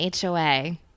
HOA